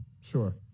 sure